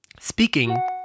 Speaking